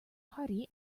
party